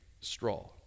straw